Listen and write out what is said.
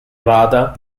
vada